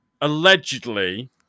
allegedly